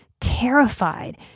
terrified